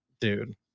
Dude